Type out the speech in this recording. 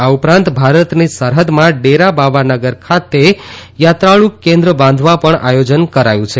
આ ઉપ રાંત ભારતની સરહદમાં ડેરા બાબા નાનક ખાતે યાત્રાળુ કેન્દ્ર બાંધવા ૈ ણ આયોજન કરાયું છે